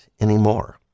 anymore